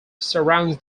surrounds